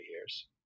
years